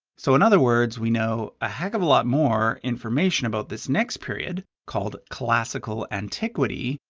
so, in other words, we know a heck of a lot more information about this next period, called classical antiquity,